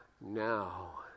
Now